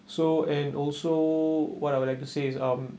so and also what I would like to say is um